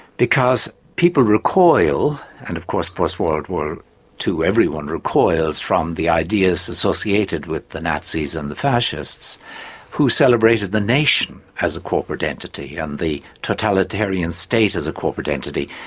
because people recoil, and of course post world war ii everyone recoils from the ideas associated with the nazis and the fascists who celebrated the nation as a corporate entity, and the totalitarian state as a corporate entity,